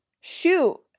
shoot